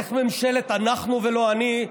איך ממשלת "אנחנו" ולא "אני",